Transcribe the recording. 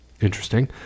Interesting